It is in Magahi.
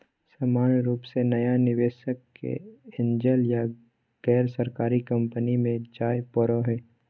सामान्य रूप से नया निवेशक के एंजल या गैरसरकारी कम्पनी मे जाय पड़ो हय